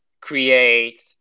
create